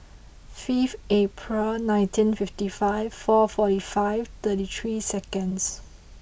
fifth April nineteen fifty five four forty five thirty three seconds